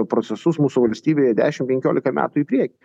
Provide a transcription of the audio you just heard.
procesus mūsų valstybėje dešim penkiolika metų į priekį